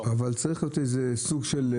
אבל צריך להיות איזושהי הלימה.